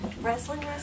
Wrestling